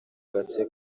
gace